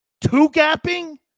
Two-gapping